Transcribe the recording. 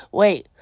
wait